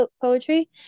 poetry